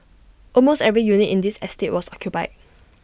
almost every unit in this estate was occupied